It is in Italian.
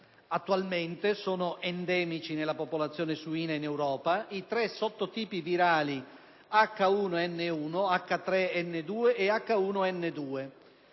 Attualmente sono endemici nella popolazione suina in Europa i tre sottotipi virali H1N1, H3N2 e H1N2.